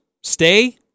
stay